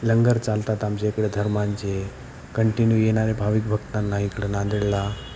लंगर चालतात आमच्या इकडे धर्मांचे कंटिन्यू येणारे भाविक बघताना इकडं नांदेडला